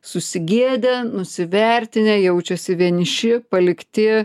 susigėdę nusivertinę jaučiasi vieniši palikti